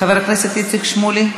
חבר הכנסת איציק שמולי,